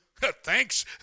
thanks